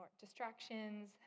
distractions